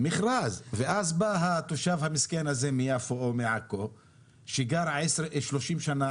ואז בא התושב המסכן הזה מיפו או מעכו שגר 30 שנה,